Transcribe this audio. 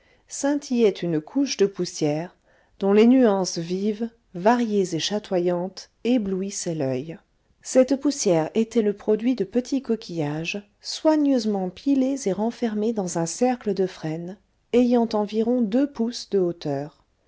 scintillait une couche de poussière dont les nuances vives variées et chatoyantes éblouissaient l'oeil cette poussière était le produit de petits coquillages soigneusement pilés et renfermés dans un cercle de frêne ayant environ deux pouces de hauteur